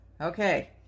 Okay